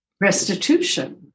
restitution